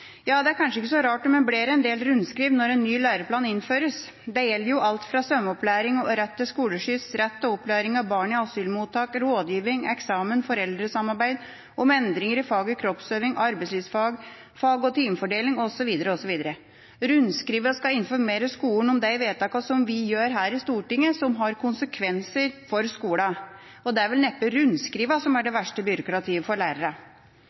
Ja, det er kanskje ikke så rart om det blir en del rundskriv når en ny læreplan innføres. Det gjelder alt fra svømmeopplæring og rett til skoleskyss, rett til opplæring av barn i asylmottak, rådgivning, eksamen, foreldresamarbeid, om endringer i faget kroppsøving, arbeidslivsfaget, fag og timefordeling, osv. osv. Rundskrivene skal informere skolene om de vedtak vi gjør her i Stortinget, som har konsekvenser for skolene. Det er vel neppe rundskrivene som er det verste byråkratiet for